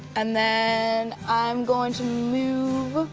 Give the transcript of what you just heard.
and then i'm going to move.